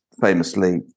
famously